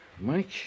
Mike